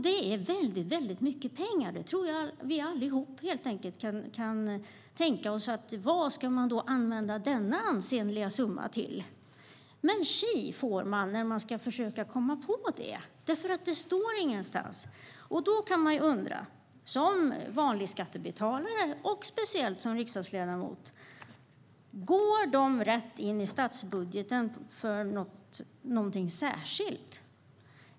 Det är väldigt mycket pengar - det tror jag att vi allihop tycker. Vad ska man då använda denna ansenliga summa till? Men tji får man när man ska försöka komma på det, för det står ingenstans. Då kan man - som vanlig skattebetalare och speciellt som riksdagsledamot - undra om pengarna går rätt in i statsbudgeten för något särskilt.